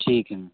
ਠੀਕ ਹੈ ਮੈਮ